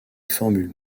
formule